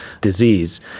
disease